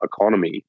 economy